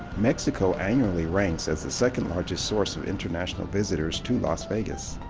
mexico annually ranks as the second largest source of international visitors to las vegas.